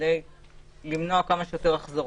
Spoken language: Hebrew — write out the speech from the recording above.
כדי למנוע כמה שיותר החזרות.